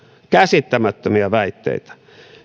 käsittämättömiä väitteitä